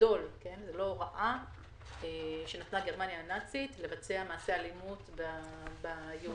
בגדול זאת לא הוראה שנתנה גרמניה הנאצית לבצע מעשי אלימות ביהודים.